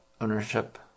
ownership